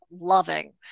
loving